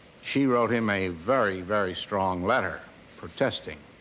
she wrote him a very, very strong letter protesting.